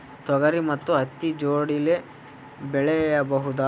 ತೊಗರಿ ಮತ್ತು ಹತ್ತಿ ಜೋಡಿಲೇ ಬೆಳೆಯಬಹುದಾ?